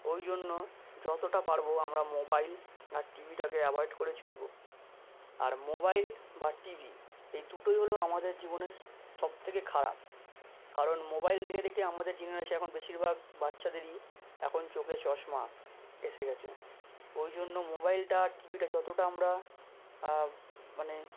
ওই জন্য যতটা পারবো আমরা মোবাইল আর টিভিটাকে অ্যাভয়েড করে চলবো আর মোবাইল বা টিভি এই দুটোই হলো আমাদের জীবনের সবথেকে খারাপ কারণ মোবাইল দেখে দেখে আমাদের জিনারেশে এখন বেশিরভাগ বাচ্চাদেরই এখন চোখে চশমা এসে গেছে ওই জন্য মোবাইলটা আর টিভিটা যতটা আমরা মানে